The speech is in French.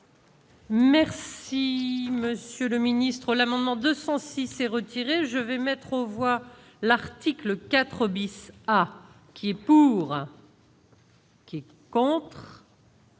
Merci monsieur le ministre, l'amendement 206 s'est retiré, je vais mettre aux voix l'article 4 bis à qui est pour. Qui quand même.